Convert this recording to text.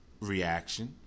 reaction